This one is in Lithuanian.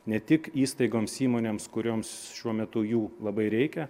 ne tik įstaigoms įmonėms kurioms šiuo metu jų labai reikia